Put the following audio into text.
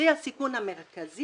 זה הסיכון המרכזי,